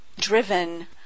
driven